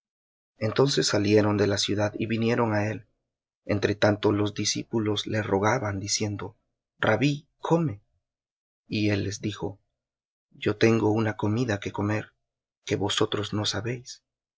entonces salieron de la ciudad y vinieron á él entre tanto los discípulos le rogaban diciendo rabbí come y él les dijo yo tengo una comida que comer que vosotros no sabéis